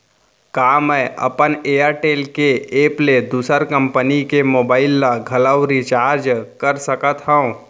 का मैं अपन एयरटेल के एप ले दूसर कंपनी के मोबाइल ला घलव रिचार्ज कर सकत हव?